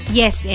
yes